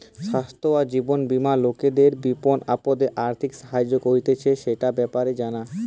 স্বাস্থ্য আর জীবন বীমা লোকদের বিপদে আপদে আর্থিক সাহায্য করতিছে, সেটার ব্যাপারে জানা